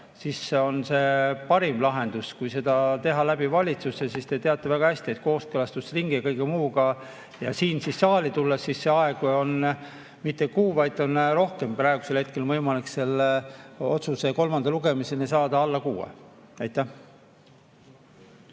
siis on see parim lahendus. Kui seda teha läbi valitsuse – te teate väga hästi, et siis see käib kooskõlastusringi ja kõige muuga – ja siis siia saali tulla, siis see aeg pole mitte kuu, vaid on rohkem. Praegu on võimalik selle otsuse kolmanda lugemiseni saada alla kuuga. Aitäh!